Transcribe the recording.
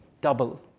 double